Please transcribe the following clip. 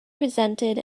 presented